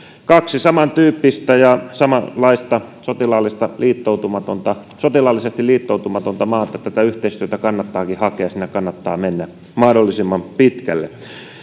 kaksi samantyyppistä ja samanlaista sotilaallisesti liittoutumatonta sotilaallisesti liittoutumatonta maata tätä yhteistyötä kannattaakin hakea siinä kannattaa mennä mahdollisimman pitkälle